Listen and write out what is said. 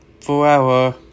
forever